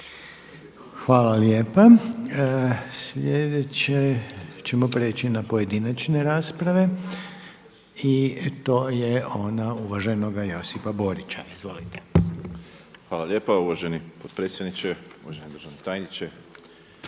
Hvala lijepa. Sljedeće ćemo prijeći na pojedinačne rasprave i to je ona uvaženog Josipa Borića. **Borić, Josip (HDZ)** Hvala lijepa uvaženi potpredsjedniče, uvaženi državni tajniče